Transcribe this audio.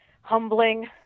humbling